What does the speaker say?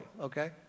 okay